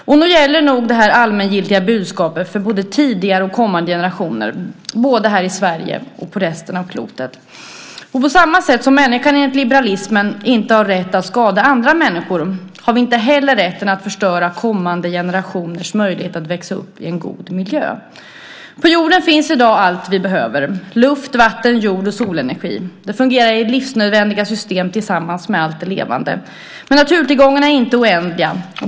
Och nog gäller det här allmängiltiga budskapet för både tidigare och kommande generationer, här i Sverige och på resten av klotet. På samma sätt som människan, enligt liberalismen, inte har rätt att skada andra människor, har vi inte heller rätten att förstöra kommande generationers möjlighet att växa upp i en god miljö. På jorden finns i dag allt vi behöver. Luft, vatten, jord och solenergi fungerar i livsnödvändiga system tillsammans med allt levande. Men naturtillgångarna är inte oändliga.